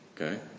okay